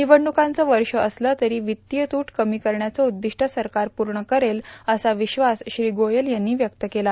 निवडणुकांचं वर्ष असलं तरी वित्तीय तूट कमी करण्याचं उद्दिष्ट सरकार पूर्ण करेल असा विश्वास श्री गोयल यांनी व्यक्त केला